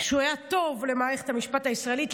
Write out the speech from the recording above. שהיה טוב למערכת המשפט הישראלית,